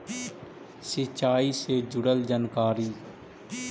सिंचाई से जुड़ल जानकारी?